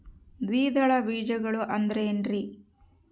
ದ್ವಿದಳ ಬೇಜಗಳು ಅಂದರೇನ್ರಿ?